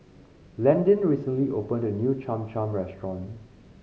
Landin recently opened a new Cham Cham restaurant